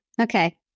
Okay